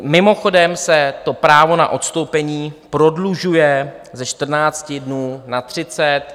Mimochodem se to právo na odstoupení prodlužuje ze 14 dnů na 30.